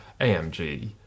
AMG